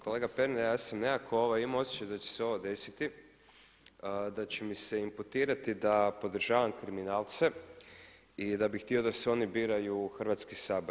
Kolega Pernar ja sam nekako imao osjećaj da će se ovo desiti da će mi se imputirati da podržavam kriminalce i da bi htio da se oni biraju u Hrvatski sabor.